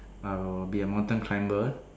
I will be a mountain climber